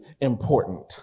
important